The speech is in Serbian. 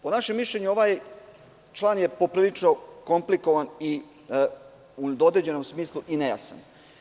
Po našem mišljenju, ovaj član je poprilično komplikovan i u određenom smislu nejasan.